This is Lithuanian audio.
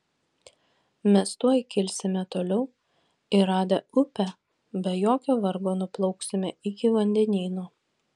mes tuoj kilsime toliau ir radę upę be jokio vargo nuplauksime iki vandenyno